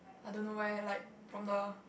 I don't know where like from the